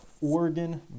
Oregon